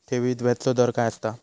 ठेवीत व्याजचो दर काय असता?